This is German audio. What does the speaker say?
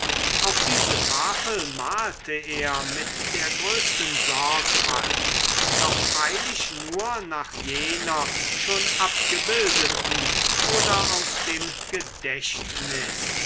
auch diese tafel malte er mit der größten sorgfalt doch freilich nur nach jener schon abgebildeten oder aus dem gedächtnis